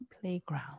playground